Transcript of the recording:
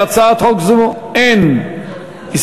להצעת חוק זו אין הסתייגויות,